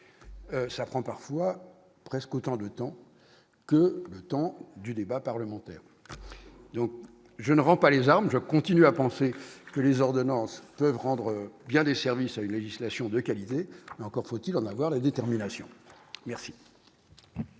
ça prend parfois presque autant de temps que le temps du débat parlementaire, donc je ne rend pas les armes, je continue à penser que les ordonnances peuvent rendre bien des services à une législation de qualité, encore faut-il en avoir la détermination merci.